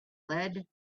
lead